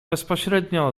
bezpośrednio